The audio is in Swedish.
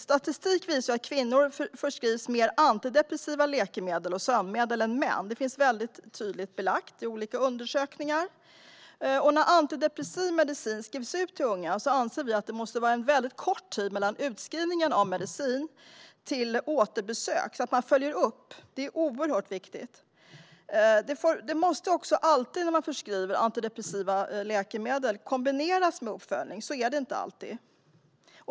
Statistik visar att kvinnor förskrivs mer antidepressiva läkemedel och sömnmedel än män; det finns tydligt belagt i olika undersökningar. När antidepressiv medicin skrivs ut till unga anser vi att det måste vara mycket kort tid mellan förskrivningen av medicin och återbesöket, så att man följer upp. Det är oerhört viktigt. När man förskriver antidepressiva läkemedel måste det också alltid kombineras med uppföljning. Så är det inte alltid.